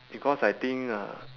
because I think uh